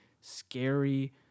scary